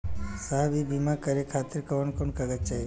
साहब इ बीमा करें खातिर कवन कवन कागज चाही?